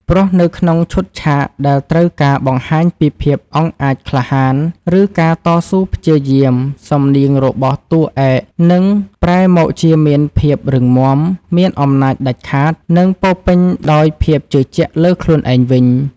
ព្រោះនៅក្នុងឈុតឆាកដែលត្រូវការបង្ហាញពីភាពអង់អាចក្លាហាន ឬការតស៊ូព្យាយាម សំនៀងរបស់តួឯកនឹងប្រែមកជាមានភាពរឹងមាំ មានអំណាចដាច់ខាត និងពោពេញដោយភាពជឿជាក់លើខ្លួនឯងវិញ។